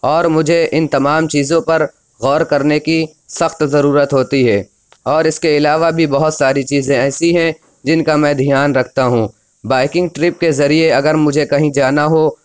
اور مجھے ان تمام چیزوں پر غور کرنے کی سخت ضرورت ہوتی ہے اور اس کے علاوہ بھی بہت ساری چیزیں ایسی ہیں جن کا میں دھیان رکھتا ہوں بائیکنگ ٹرپ کے ذریعے اگر مجھے کہیں جانا ہو